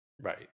Right